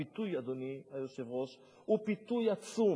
הפיתוי, אדוני היושב-ראש, הוא פיתוי עצום.